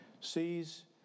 sees